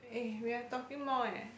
eh we are talking more eh